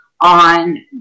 on